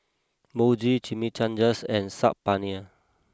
Mochi Chimichangas and Saag Paneer